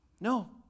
No